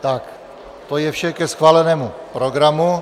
Tak, to je vše ke schválenému programu.